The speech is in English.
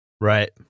Right